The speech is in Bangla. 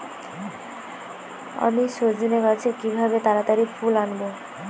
আমি সজনে গাছে কিভাবে তাড়াতাড়ি ফুল আনব?